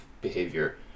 behavior